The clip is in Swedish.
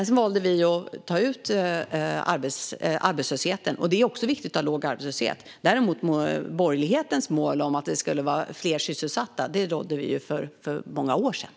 Vi valde att ta ut arbetslösheten, och det är förstås viktigt att ha låg arbetslöshet. Borgerlighetens mål om fler sysselsatta nådde vi dock för många år sedan.